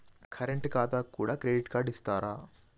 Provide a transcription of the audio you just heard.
Current ఖాతాకు కూడా credit card ఇత్తరా?